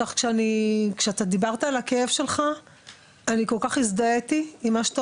ככה שכאתה דיברת על הכאב שלך אני כל כך הזדהיתי עם מה שאתה